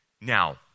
now